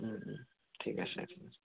ঠিক আছে